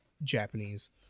Japanese